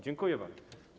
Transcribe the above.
Dziękuję bardzo.